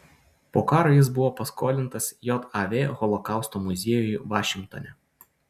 po karo jis buvo paskolintas jav holokausto muziejui vašingtone